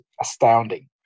astounding